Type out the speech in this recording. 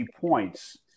points